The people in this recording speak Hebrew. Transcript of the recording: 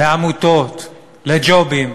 לעמותות, לג'ובים.